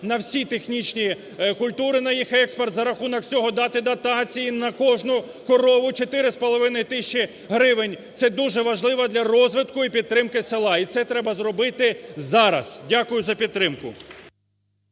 на всі технічні культури, на їх експорт, за рахунок цього дати дотації на кожну корову чотири з половиною тисячі гривень, це дуже важливо для розвитку і підтримки села і це треба зробити зараз. Дякую за підтримку.